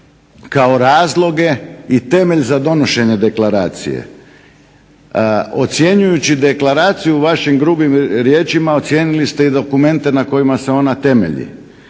kao razloge i temelj za donošenje deklaracije. Ocjenjujući deklaraciju vašim grubim riječima ocijenili ste i dokumente na kojima se ona temelji,